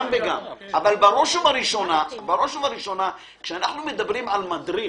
אבל בראש ובראשונה כשאנחנו מדברים על מדריך